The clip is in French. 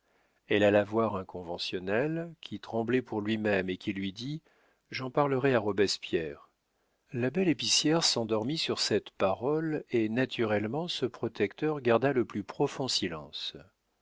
elle alla voir un conventionnel qui tremblait pour lui-même et qui lui dit j'en parlerai à roberspierre la belle épicière s'endormit sur cette parole et naturellement ce protecteur garda le plus profond silence